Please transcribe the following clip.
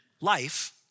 life